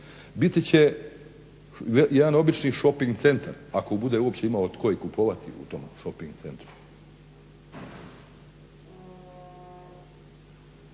Biti će jedan obični šoping centar, ako bude uopće imao tko i kupovati u tom šoping centru.